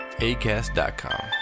ACAST.com